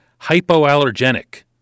hypoallergenic